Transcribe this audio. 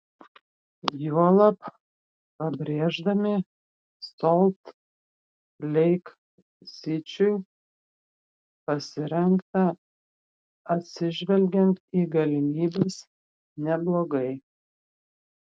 juolab pabrėždami solt leik sičiui pasirengta atsižvelgiant į galimybes neblogai